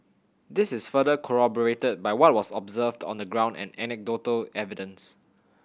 this is further corroborated by what was observed on the ground and anecdotal evidence